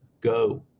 go